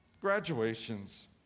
graduations